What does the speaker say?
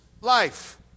life